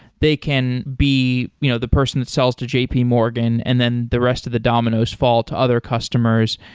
they can be you know the person that sells to jpmorgan and then the rest of the dominoes fall to other customers,